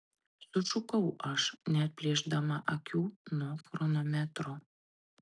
sušukau aš neatplėšdama akių nuo chronometro